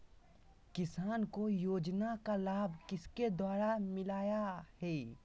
किसान को योजना का लाभ किसके द्वारा मिलाया है?